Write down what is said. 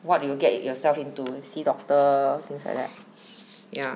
what you get yourself into see doctor or things like that ya